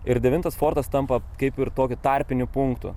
ir devintas fortas tampa kaip ir tokių tarpinių punktų